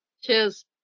Cheers